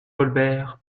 colbert